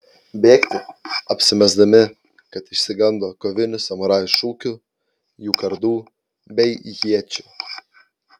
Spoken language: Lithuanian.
bėgti apsimesdami kad išsigando kovinių samurajų šūkių jų kardų bei iečių